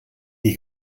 nie